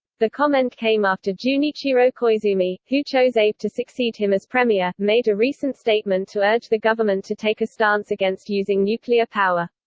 the comment came after junichiro koizumi, who chose abe to succeed him as premier, made a recent statement to urge the government to take a stance against using nuclear power.